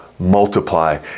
multiply